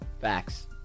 facts